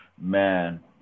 man